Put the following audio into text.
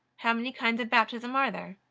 how many kinds of baptism are there?